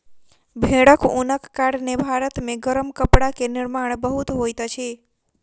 भेड़क ऊनक कारणेँ भारत मे गरम कपड़ा के निर्माण बहुत होइत अछि